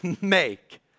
make